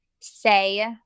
say